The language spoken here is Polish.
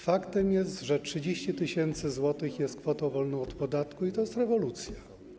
Faktem jest, że 30 tys. zł jest kwotą wolną od podatku, i to jest rewolucja.